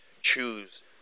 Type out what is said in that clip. choose